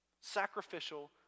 Sacrificial